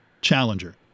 Challenger